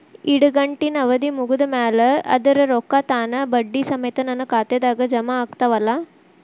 ಇಡಗಂಟಿನ್ ಅವಧಿ ಮುಗದ್ ಮ್ಯಾಲೆ ಅದರ ರೊಕ್ಕಾ ತಾನ ಬಡ್ಡಿ ಸಮೇತ ನನ್ನ ಖಾತೆದಾಗ್ ಜಮಾ ಆಗ್ತಾವ್ ಅಲಾ?